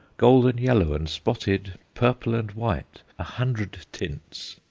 golden yellow and spotted, purple and white a hundred tints.